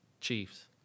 Chiefs